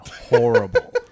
horrible